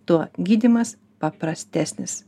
tuo gydymas paprastesnis